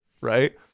Right